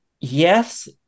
yes